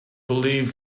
believe